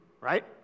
right